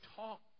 talk